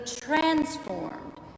transformed